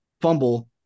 fumble